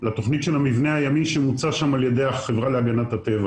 לתוכנית של המבנה הימי שהוצע על ידי החברה להגנת הטבע